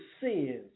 sins